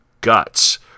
Guts